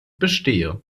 bestehe